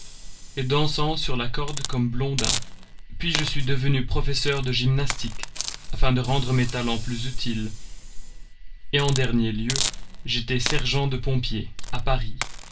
et dansant sur la corde comme blondin puis je suis devenu professeur de gymnastique afin de rendre mes talents plus utiles et en dernier lieu j'étais sergent de pompiers à paris